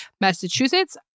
Massachusetts